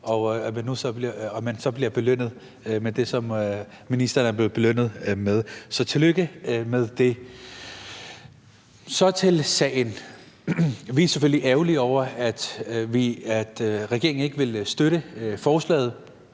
at man så bliver belønnet med det, som ministeren er blevet belønnet med. Så tillykke med det. Så til sagen. Vi er selvfølgelig er ærgerlige over, at regeringen ikke vil støtte forslaget.